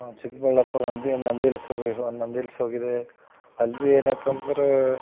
ಚಿಕ್ಕಬಳ್ಳಾಪುರ ಅಲ್ಲಿ ನಂದಿ ಇಲ್ಸ್ ಹೋಗಿದ್ದೋ ನಂದಿ ಇಲ್ಸ್ಗೆ ಹೋಗಿದ್ದೆ ಅಲ್ಲಿ ಭೀ ಏನಾಯ್ತೆಂದ್ರೆ